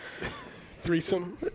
threesome